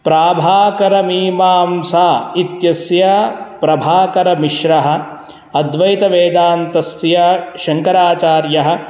प्राभाकरमीमांसा इत्यस्य प्रभाकरमिश्रः अद्वैतवेदान्तस्य शङ्कराचार्यः